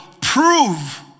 prove